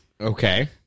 Okay